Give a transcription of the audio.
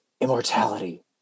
immortality